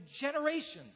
generations